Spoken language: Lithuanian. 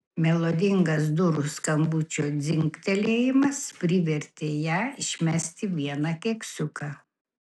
melodingas durų skambučio dzingtelėjimas privertė ją išmesti vieną keksiuką